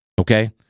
Okay